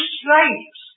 slaves